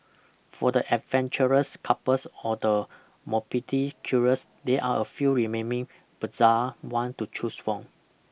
for the adventurous couples or the morbidly curious there are a few remaining bizarre one to choose from